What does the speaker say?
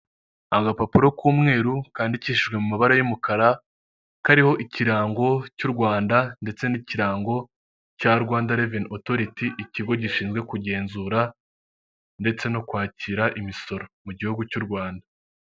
Umuntu wambaye umupira wa oranje wicaye mu ntebe ya purasitike wegamye, inyuma ye hari utubati tubiri tubikwamo, kamwe gasa umweru akandi gasa kacyi harimo ibikoresho bitandukanye.